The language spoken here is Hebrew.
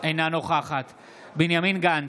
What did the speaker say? אינה נוכחת בנימין גנץ,